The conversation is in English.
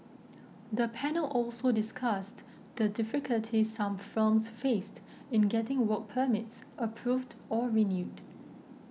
the panel also discussed the difficulties some firms faced in getting work permits approved or renewed